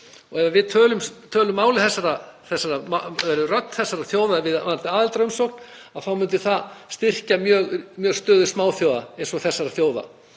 Ef við tölum máli þessara þjóða við aðildarumsókn þá myndi það styrkja mjög stöðu smáþjóða eins og þessara þjóða.